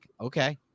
okay